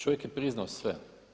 Čovjek je priznao sve.